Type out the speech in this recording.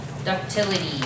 Ductility